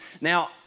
Now